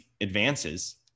advances